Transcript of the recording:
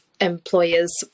employers